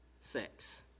sex